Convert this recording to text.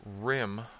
rim